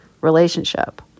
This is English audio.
relationship